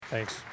Thanks